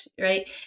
right